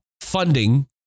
funding